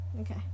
Okay